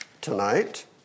tonight